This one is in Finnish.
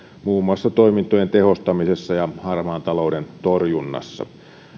muun muassa toimintojen tehostamisessa ja harmaan talouden torjunnassa